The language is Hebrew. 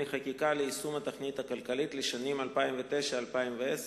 חקיקה ליישום התוכנית הכלכלית לשנים 2009 ו-2010),